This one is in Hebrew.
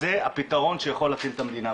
זה הפתרון שיכול להציל את המדינה.